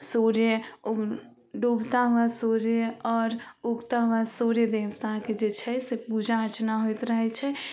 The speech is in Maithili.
सूर्य उग डूबता हुआ सूर्य और उगता हुआ सूर्य देवताके जे छै से पूजा अर्चना होइत रहै छै